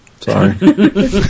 Sorry